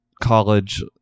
college